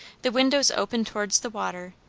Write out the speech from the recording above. the windows open towards the water,